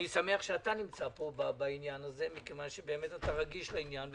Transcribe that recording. אני שמח שאתה נמצא פה בעניין הזה מכיוון שאתה רגיש לעניין.